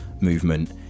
movement